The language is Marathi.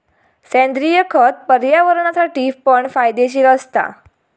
सेंद्रिय खत पर्यावरणासाठी पण फायदेशीर असता